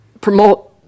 promote